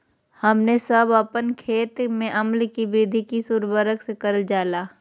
हमने सब अपन खेत में अम्ल कि वृद्धि किस उर्वरक से करलजाला?